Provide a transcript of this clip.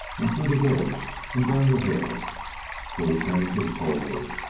and through the village, and down the hill till we came to the toll-gate.